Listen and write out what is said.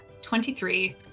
23